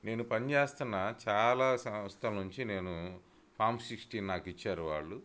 నేను పని చేస్తున్న చాలా సంస్థల నుంచి నేను ఫామ్ సిక్స్టీన్ నాకు ఇచ్చారు వాళ్ళు